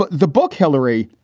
but the book hillary,